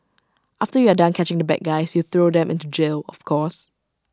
after you are done catching the bad guys you throw them into jail of course